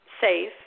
safe